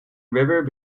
river